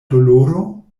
doloro